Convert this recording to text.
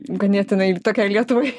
ganėtinai tokiai lietuvai